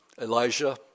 Elijah